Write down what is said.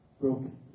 broken